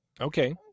Okay